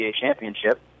Championship